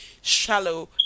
shallow